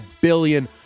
billion